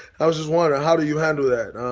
i was just wondering, how do you handle that?